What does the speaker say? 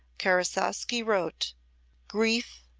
karasowski wrote grief,